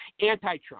anti-Trump